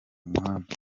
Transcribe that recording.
muhanda